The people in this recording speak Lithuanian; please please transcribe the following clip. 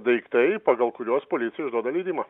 daiktai pagal kuriuos policija išduoda leidimą